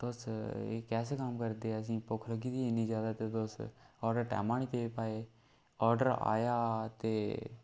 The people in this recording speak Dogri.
तुस एह् कैसे कम्म करदे असेंगी भुक्ख लग्गी दी इन्नी ज्यादा ते तुस आर्डर टैम्मा नी दे पाए आर्डर आया ते